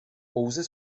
pouze